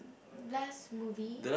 last movie